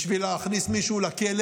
בשביל להכניס מישהו לכלא